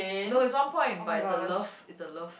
no is one point but is a love is a love